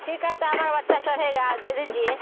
ठीक है तो हमारा बच्चा चढ़ेगा दे दीजिए